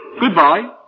Goodbye